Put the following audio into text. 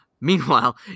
Meanwhile